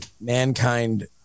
mankind